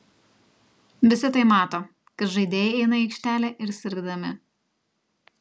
visi tai mato kad žaidėjai eina į aikštelę ir sirgdami